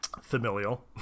Familial